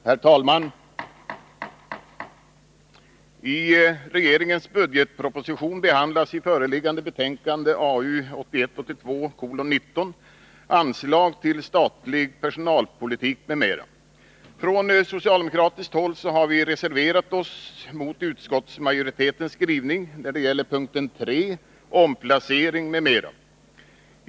Herr talman! Av regeringens budgetproposition behandlas i föreliggande betänkande, AU 1981/82:19, förslagen till anslag till statlig personalpolitik m.m. Från socialdemokratiskt håll har vi reserverat oss mot utskottsmajoritetens skrivning när det gäller F 3 Omplacering m.m.